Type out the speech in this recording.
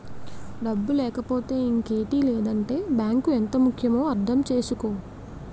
డబ్బు లేకపోతే ఇంకేటి లేదంటే బాంకు ఎంత ముక్యమో అర్థం చేసుకో